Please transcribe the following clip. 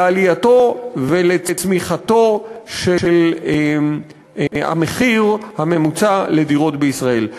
לעלייתו ולצמיחתו של המחיר הממוצע לדירה בישראל,